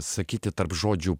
sakyti tarp žodžių